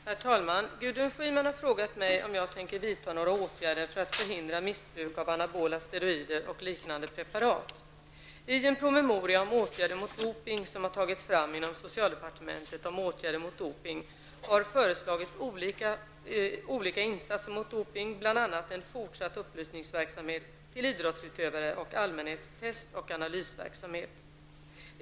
Herr talman! Gudrun Schyman har frågat mig om jag tänker vidta några åtgärder för att förhindra missbruk av anabola steroider och liknande preparat. I en promemoria om åtgärder mot dopning, som har tagits fram inom socialdepartementet om åtgärder mot dopning, har föreslagits olika insatser mot dopning, bl.a. en fortsatt upplysningsverksamhet till idrottsutövare och allmänhet, test och analysverksamhet.